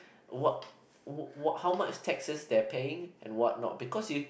what wh~ what how much taxes they're paying and what not because you